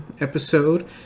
episode